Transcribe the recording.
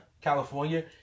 California